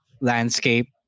landscape